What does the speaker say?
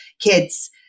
kids